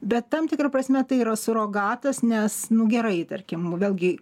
bet tam tikra prasme tai yra surogatas nes nu gerai tarkim vėlgi